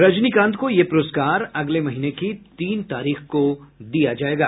रजनीकांत को यह पुरस्कार अगले महीने की तीन तारीख को दिया जाएगा